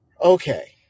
Okay